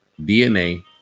dna